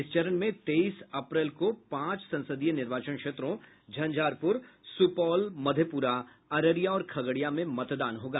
इस चरण में तेईस अप्रैल को पांच संसदीय निर्वाचन क्षेत्रों झंझारपुर सूपौल मधेपूरा अररिया और खगड़िया में मतदान होगा